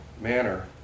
manner